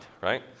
right